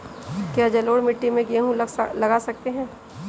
क्या जलोढ़ मिट्टी में गेहूँ लगा सकते हैं?